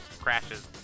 crashes